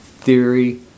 theory